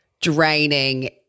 draining